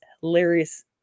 hilarious